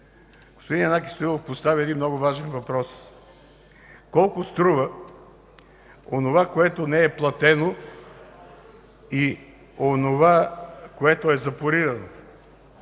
Господин Янаки Стоилов постави много важен въпрос: колко струва онова, което не е платено и онова, което е запорирано?